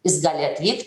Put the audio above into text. jis gali atvykt